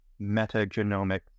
metagenomic